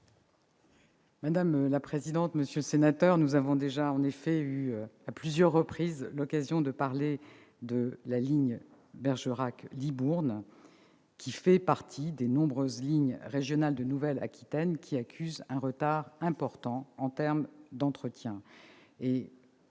Mme la ministre. Monsieur le sénateur, nous avons déjà en effet eu à plusieurs reprises l'occasion de parler de la ligne Bergerac-Libourne, qui fait partie des nombreuses lignes régionales de Nouvelle-Aquitaine accusant un retard important en termes d'entretien.